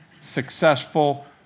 successful